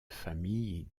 famille